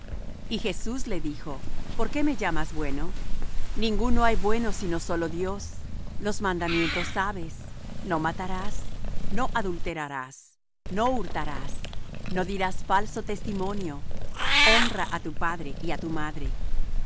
y jesús le dijo por qué me llamas bueno ninguno hay bueno sino sólo dios los mandamientos sabes no matarás no adulterarás no hurtarás no dirás falso testimonio honra á tu padre y á tu madre